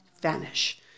vanish